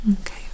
Okay